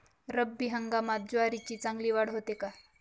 रब्बी हंगामात ज्वारीची चांगली वाढ होते का?